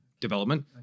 Development